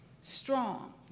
strong